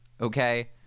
okay